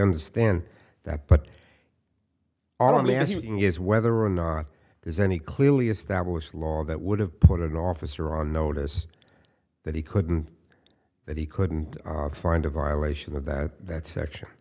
understand that but our only asking is whether or not there's any clearly established law that would have put an officer on notice that he couldn't that he couldn't find a violation of that that section